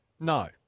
No